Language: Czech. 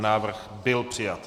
Návrh byl přijat.